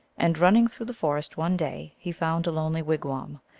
and running through the forest one day he found a lonely wigwam,